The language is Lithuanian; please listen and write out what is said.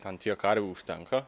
ant tiek karvių užtenka